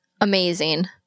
amazing